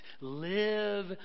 live